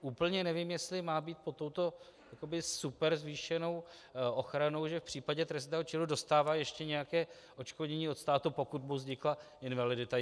Úplně nevím, jestli má být pod touto jakoby superzvýšenou ochranou, že v případě trestného činu dostává ještě nějaké odškodnění od státu, pokud mu vznikla invalidita.